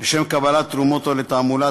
לשם קבלת תרומות או לתעמולה),